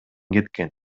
кеткен